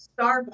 Starbucks